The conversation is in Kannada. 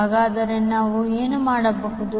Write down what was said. ಹಾಗಾದರೆ ನಾವು ಏನು ಮಾಡಬಹುದು